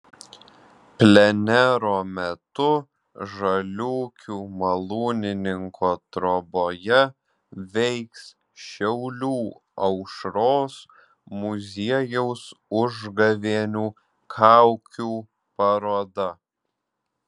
plenero metu žaliūkių malūnininko troboje veiks šiaulių aušros muziejaus užgavėnių kaukių paroda